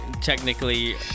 technically